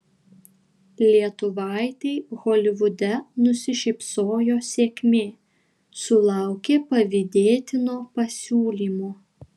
lietuvaitei holivude nusišypsojo sėkmė sulaukė pavydėtino pasiūlymo